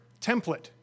template